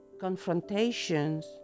confrontations